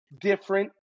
different